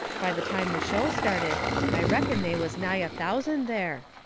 by the time the show started i reckon they was nigh a thousand there.